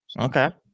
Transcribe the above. Okay